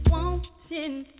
Wanting